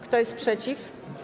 Kto jest przeciw?